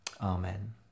Amen